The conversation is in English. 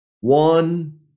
One